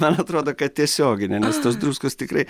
man atrodo kad tiesiogine nes tos druskos tikrai